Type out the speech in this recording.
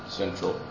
central